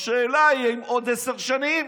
השאלה היא אם בעוד עשר שנים